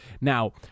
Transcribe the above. now